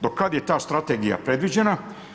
Do kad je ta strategija predviđena?